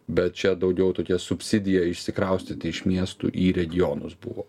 bet čia daugiau tokia subsidija išsikraustyti iš miestų į regionus buvo